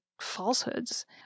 falsehoods